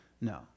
No